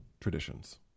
traditions